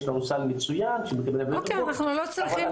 יש לנו סל מצוין --- אוקיי אנחנו לא צריכים,